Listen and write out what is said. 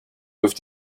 with